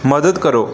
ਮਦਦ ਕਰੋ